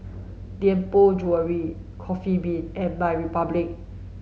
Tianpo Jewellery Coffee Bean and MyRepublic